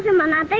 yeah munna